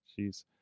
Jeez